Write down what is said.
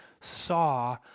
saw